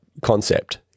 concept